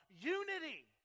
unity